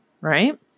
right